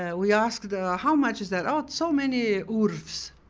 ah we asked, ah ah how much is that? oh, it's so many urvs.